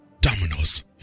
dominoes